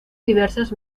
diversas